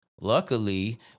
Luckily